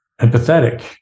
empathetic